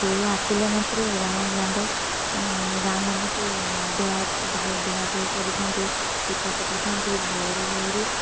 ଦୋଳ ଆସିଲେ ମାତ୍ରେ ଗାଁ ଦାଣ୍ଡ ଗାଁ ଦାଣ୍ଡକୁ ଧୁଆକୁ ଧୁଏ ଧୁଆ ଧୁଇ କରିଥାନ୍ତି ଚିତା ପକେଇଥାନ୍ତି ଭୋରୁ ଭୋରୁ